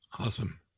Awesome